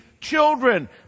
children